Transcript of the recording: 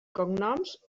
cognoms